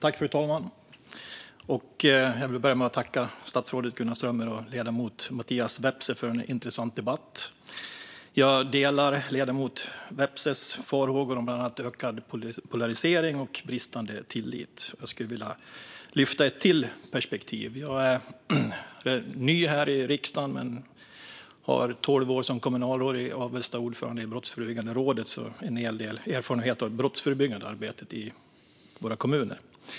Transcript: Fru talman! Jag vill börja med att tacka statsrådet Gunnar Strömmer och ledamoten Mattias Vepsä för en intressant debatt. Jag delar ledamoten Vepsäs farhågor om bland annat ökad polarisering och bristande tillit. Jag skulle vilja lyfta fram ett perspektiv till. Jag är ny här i riksdagen men har tolv år som kommunalråd i Avesta och har varit ordförande i Brottsförebyggande rådet, så jag har en hel del erfarenhet av det brottsförebyggande arbetet i våra kommuner.